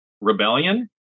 rebellion